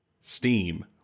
steam